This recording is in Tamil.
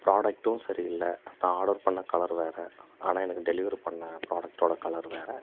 ப்ராடக்ட்டும் சரியில்லை நான் ஆர்டர் பண்ணிண கலர் வேறு ஆனால் எனக்கு டெலிவரி பண்ணிண ப்ராடக்ட்டோடய கலர் வேறு